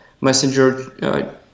messenger